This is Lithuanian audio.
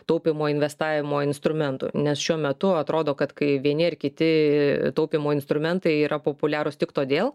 taupymo investavimo instrumentų nes šiuo metu atrodo kad kai vieni ar kiti taupymo instrumentai yra populiarūs tik todėl